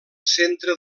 centre